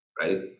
right